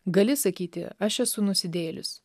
gali sakyti aš esu nusidėjėlis